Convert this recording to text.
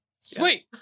sweet